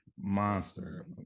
monster